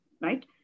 right